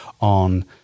on